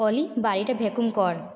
অলি বাড়িটা ভ্যাকুয়াম কর